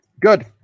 Good